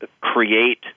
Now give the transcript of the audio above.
create